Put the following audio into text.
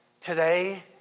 today